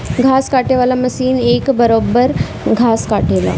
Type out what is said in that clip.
घास काटे वाला मशीन एक बरोब्बर घास काटेला